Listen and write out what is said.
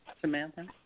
Samantha